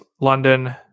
London